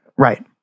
Right